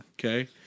Okay